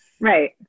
Right